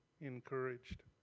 encouraged